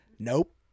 Nope